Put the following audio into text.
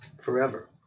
forever